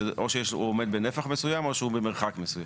זה או שהוא עומד בנפח מסוים או שהוא במרחק מסוים.